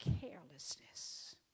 carelessness